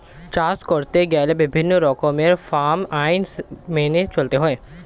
চাষ করতে গেলে বিভিন্ন রকমের ফার্ম আইন মেনে চলতে হয়